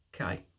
okay